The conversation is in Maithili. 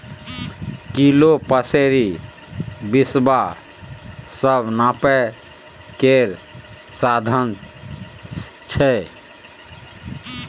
किलो, पसेरी, बिसवा सब नापय केर साधंश छै